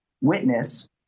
witness